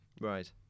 Right